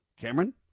Cameron